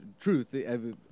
truth